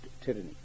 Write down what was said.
tyranny